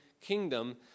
kingdom